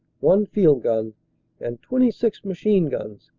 one field gun and twenty six machine-guns,